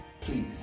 please